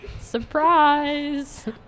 Surprise